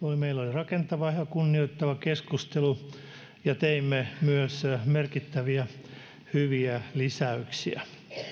rakentava ja kunnioittava keskustelu ja teimme myös merkittäviä hyviä lisäyksiä